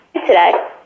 today